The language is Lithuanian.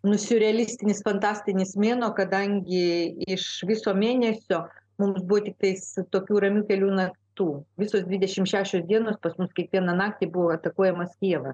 realistinis fantastinis mėnuo kadangi iš viso mėnesio mums buvo tik tais tokių kelių ramių naktų visos dvidešim šešios dienos pas mus kiekvieną naktį buvo atakuojamas kijevas